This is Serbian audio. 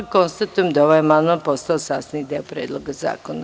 Konstatujem da je ovaj amandman postao sastavni deo Predloga zakona.